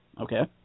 okay